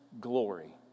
glory